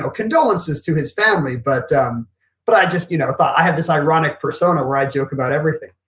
condolences to his family but um but i just you know thought i had this ironic persona where i joke about everything.